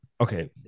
Okay